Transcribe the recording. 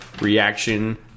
reaction